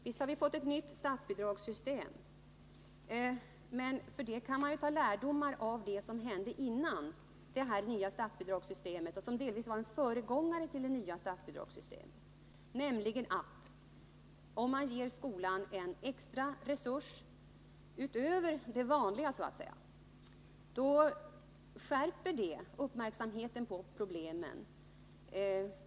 Visst har vi fått ett nytt statsbidragssystem, men för det kan man ju ta lärdom av det som hände tidigare och det system som delvis var en föregångare till det nya statsbidragssystemet. Om man ger skolan en extra resurs utöver de vanliga resurserna, så skärper det uppmärksamheten på problemen.